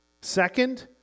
Second